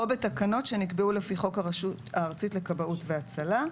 או בתקנות שנקבעו לפי חוק הרשות הארצית לכבאות והצלה.